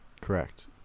Correct